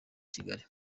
kigali